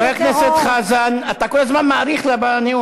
רגע, אני רוצה לסיים.